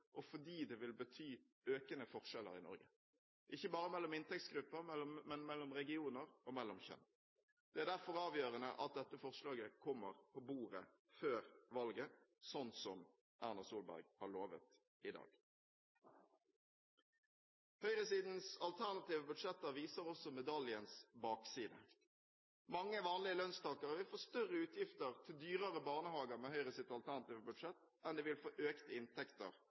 og fordi det vil bety økende forskjeller i Norge, ikke bare mellom inntektsgrupper, men mellom regioner og mellom kjønn. Det er derfor avgjørende at dette forslaget kommer på bordet før valget, sånn som Erna Solberg har lovet i dag. Høyresidens alternative budsjetter viser også medaljens bakside. Mange vanlige lønnstakere vil få større utgifter til dyrere barnehager med Høyres alternative budsjett enn de vil få